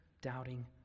doubting